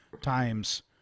times